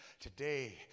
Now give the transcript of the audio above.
today